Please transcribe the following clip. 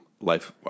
life